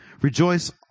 Rejoice